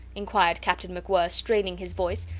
inquired captain macwhirr, straining his voice.